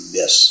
yes